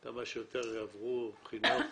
כמה שיותר יעברו בחינות